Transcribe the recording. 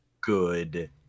good